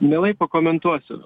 mielai pakomentuosiu